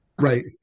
Right